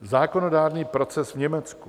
Zákonodárný proces v Německu.